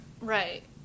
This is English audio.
Right